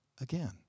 again